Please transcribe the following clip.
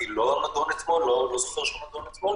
לא נדון אתמול אני לא זוכר שהוא נדון אתמול